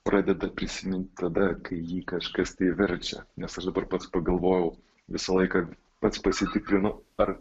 pradeda prisiminti tada kai jį kažkas tai verčia nes aš dabar pats pagalvojau visą laiką pats pasitikrinu ar